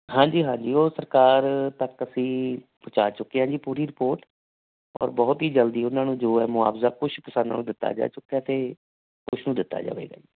ਹਾਂਜੀ ਹਾਂਜੀ ਉਹ ਸਰਕਾਰ ਤੱਕ ਅਸੀਂ ਪਹੁੰਚਾ ਚੁੱਕੇ ਹਾਂ ਜੀ ਪੂਰੀ ਰਿਪੋਰਟ ਔਰ ਬਹੁਤ ਹੀ ਜਲਦੀ ਉਹਨਾਂ ਨੂੰ ਜੋ ਹੈ ਮੁਆਵਜ਼ਾ ਕੁਛ ਕਿਸਾਨਾਂ ਨੂੰ ਦਿੱਤਾ ਜਾ ਚੁੱਕਿਆ ਅਤੇ ਕੁਛ ਨੂੰ ਦਿੱਤਾ ਜਾਵੇਗਾ ਜੀ